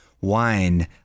wine